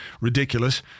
ridiculous